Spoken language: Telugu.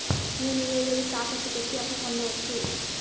నేను ఏవేవి తాకట్టు పెట్టి అప్పు పొందవచ్చు?